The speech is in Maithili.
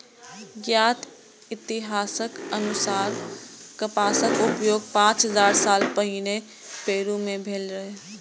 ज्ञात इतिहासक अनुसार कपासक उपयोग पांच हजार साल पहिने पेरु मे भेल रहै